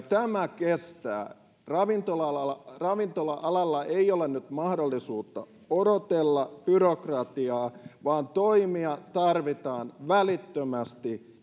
tämä kestää ravintola alalla ravintola alalla ei ole nyt mahdollisuutta odotella byrokratiaa vaan toimia tarvitaan välittömästi